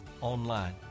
online